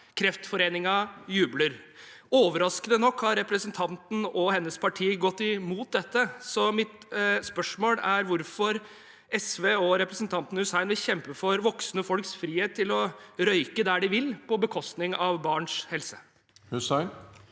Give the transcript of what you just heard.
Kreftforeningen jubler. Overraskende nok har representanten og hennes parti gått mot dette. Mitt spørsmål er derfor: Hvorfor vil SV og representanten Hussein kjempe for voksne folks frihet til å røyke der de vil, på bekostning av barns helse? Marian